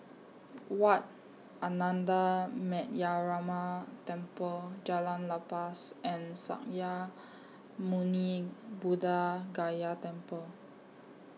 Wat Ananda Metyarama Temple Jalan Lepas and Sakya Muni Buddha Gaya Temple